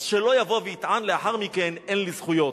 אז שלא יבוא ויטען לאחר מכן: אין לי זכויות.